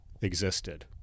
existed